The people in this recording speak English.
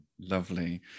lovely